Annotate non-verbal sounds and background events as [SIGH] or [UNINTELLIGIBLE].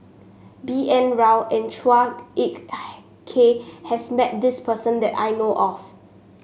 B N Rao and Chua Ek [UNINTELLIGIBLE] Kay has met this person that I know of